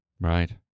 Right